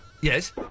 Yes